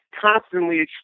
constantly